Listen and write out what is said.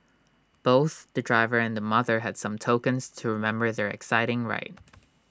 both the driver and the mother had some tokens to remember their exciting ride